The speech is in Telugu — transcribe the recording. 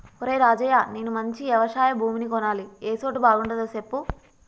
ఒరేయ్ రాజయ్య నేను మంచి యవశయ భూమిని కొనాలి ఏ సోటు బాగుంటదో సెప్పు